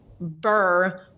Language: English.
burr